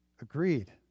agreed